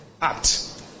act